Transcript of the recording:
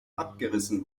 abgerissen